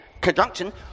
conjunction